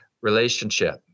relationship